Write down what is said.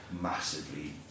massively